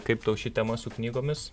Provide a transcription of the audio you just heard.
kaip tau ši tema su knygomis